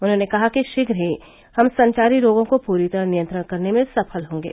उन्होंने कहा कि शीघ्र ही हम संचारी रोगों को पूरी तरह नियंत्रण करने में सफल होंगे